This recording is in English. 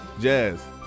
jazz